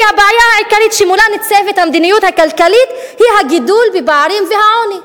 הבעיה העיקרית שמולה ניצבת המדיניות הכלכלית היא הגידול בפערים והעוני.